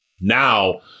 Now